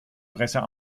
presse